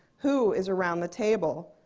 who is around the table?